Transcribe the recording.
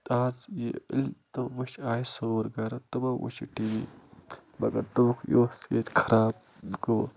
آز یہِ یٚلہِ تِم وٕچھِ آے سون گَرٕ تِمو وٕچھ یہِ ٹی وی مگر دوٚپُکھ یِہ اوس ییٚتہِ خراب گوٚو